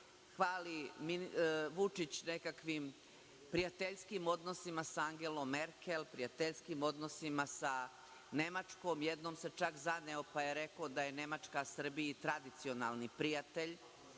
hvali nekakvim prijateljskim odnosima sa Angelom Merkel, prijateljskim odnosima sa Nemačkom. Jednom se čak zaneo, pa je rekao da je Nemačka Srbiji tradicionalni prijatelj,